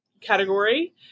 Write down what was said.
category